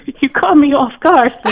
but you caught me off guard.